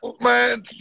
Man